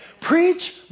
Preach